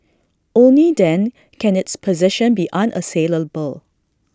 only then can its position be unassailable